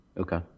Okay